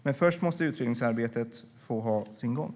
Men först måste utredningsarbetet få ha sin gång.